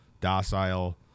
docile